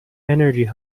energy